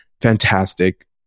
fantastic